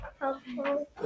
helpful